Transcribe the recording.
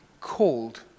called